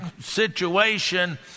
situation